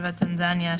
טנזניה,